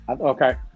Okay